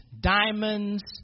diamonds